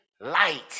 light